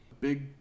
Big